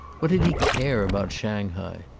what did he care about shanghai?